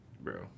Bro